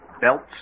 Belts